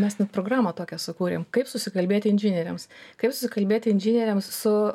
mes net programą tokią sukūrėm kaip susikalbėt inžinieriams kaip susikalbėti inžinieriams su